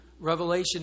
Revelation